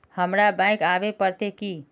हमरा बैंक आवे पड़ते की?